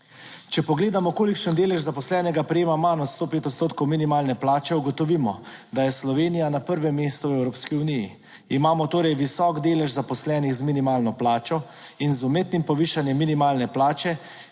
Če pogledamo, kolikšen delež zaposlenega prejema manj od 105 odstotkov minimalne plače, ugotovimo, da je Slovenija na prvem mestu v Evropski uniji. Imamo torej visok delež zaposlenih z minimalno plačo in z umetnim povišanjem minimalne plače,